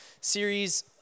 series